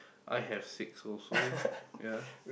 I have six also ya